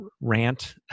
rant